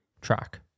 track